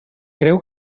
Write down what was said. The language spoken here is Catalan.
creu